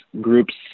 groups